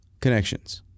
connections